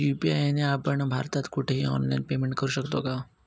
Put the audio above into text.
UPI ने आपण भारतात कुठेही ऑनलाईन पेमेंट करु शकतो का?